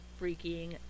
freaking